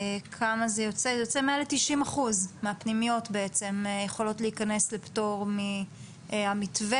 זה יוצא מעל 90% מהפנימיות שיכולות להיכנס לפטור מהמתווה